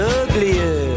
uglier